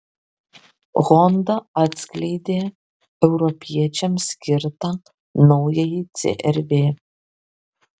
honda atskleidė europiečiams skirtą naująjį cr v